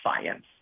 science